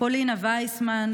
פולינה וייסמן,